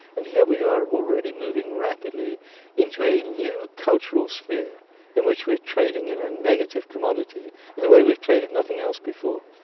and here we are already moving rapidly into a new cultural sphere in which we're trading in a negative commodity in a way we've traded nothing else before.